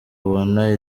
ubona